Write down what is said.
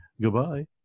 Goodbye